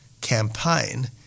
campaign